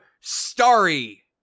Starry